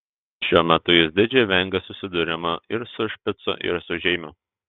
šiuo metu jis didžiai vengė susidūrimo ir su špicu ir su žeimiu